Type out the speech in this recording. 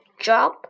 job